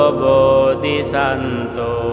bodhisanto